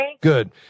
Good